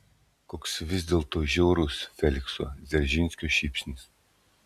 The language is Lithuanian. koks vis dėlto žiaurus felikso dzeržinskio šypsnys